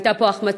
הייתה פה החמצה,